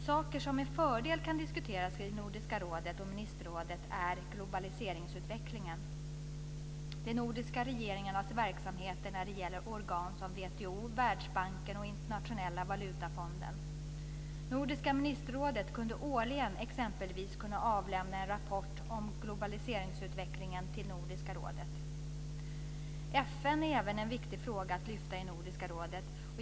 Saker som med fördel kan diskuteras i Nordiska rådet och ministerrådet är globaliseringsutvecklingen och de nordiska regeringarnas verksamhet när det gäller organ som WTO, Världsbanken och Internationella valutafonden. Nordiska ministerrådet kunde årligen exempelvis avlämna en rapport om globaliseringsutvecklingen till Nordiska rådet. FN är även en viktig fråga att lyfta i Nordiska rådet.